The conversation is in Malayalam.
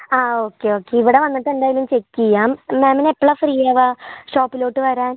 ആ ഓക്കെ ഓക്കെ ഇവിടെ വന്നിട്ടെന്തായാലും ചെക്ക് ചെയ്യാം മാമിനെപ്പളാ ഫ്രീയാവാ ഷോപ്പിലോട്ട് വരാൻ